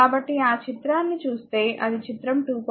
కాబట్టి ఆ చిత్రాన్ని చూస్తే అది చిత్రం 2